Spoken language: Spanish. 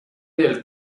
del